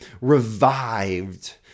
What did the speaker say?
revived